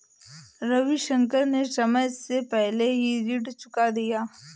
रविशंकर ने समय से पहले ही ऋण चुका दिया